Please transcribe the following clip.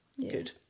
good